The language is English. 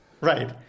Right